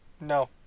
No